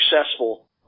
successful